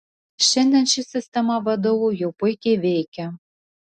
šiandien ši sistema vdu jau puikiai veikia